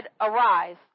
arise